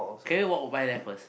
can we walk or buy there first